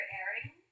airing